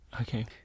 okay